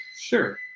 sure